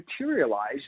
materialize